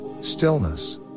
stillness